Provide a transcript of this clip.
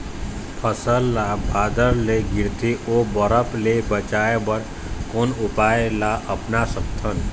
फसल ला बादर ले गिरथे ओ बरफ ले बचाए बर कोन उपाय ला अपना सकथन?